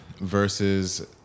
versus